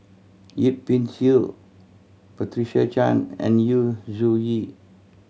Yip Pin Xiu Patricia Chan and Yu Zhuye